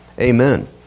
Amen